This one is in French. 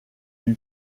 lui